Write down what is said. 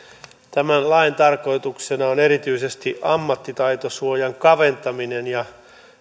tämän lain tarkoituksena on erityisesti ammattitaitosuojan kaventaminen ja